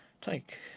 take